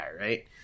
right